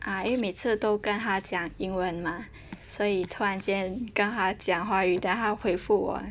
因为每次都跟他讲英文吗所以你突然间跟他讲华语 then 他回复我